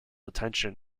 attention